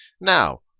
Now